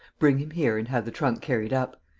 bring him here and have the trunk carried up.